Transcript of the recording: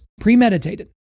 premeditated